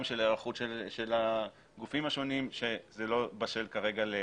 גם של היערכות של הגופים השונים שזה לא בשל כרגע.